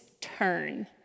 turn